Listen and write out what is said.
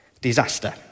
Disaster